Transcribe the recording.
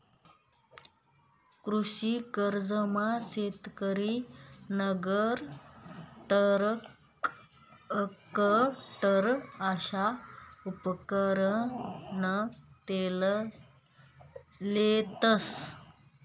कृषी कर्जमा शेतकरी नांगर, टरॅकटर अशा उपकरणं लेतंस